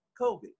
COVID